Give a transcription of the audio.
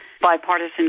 bipartisan